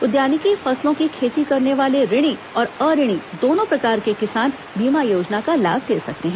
उद्यानिकी फसलों की खेती करने वाले ऋणी और अऋणी दोनों प्रकार के किसान बीमा योजना का लाभ ले सकते हैं